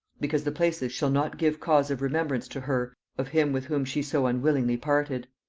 because the places shall not give cause of remembrance to her of him with whom she so unwillingly parted.